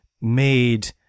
made